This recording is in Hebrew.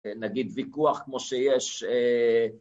נגיד ויכוח כמו שיש